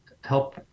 help